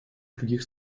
других